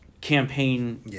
campaign